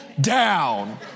down